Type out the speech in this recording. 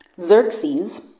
Xerxes